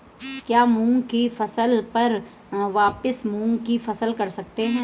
क्या मूंग की फसल पर वापिस मूंग की फसल कर सकते हैं?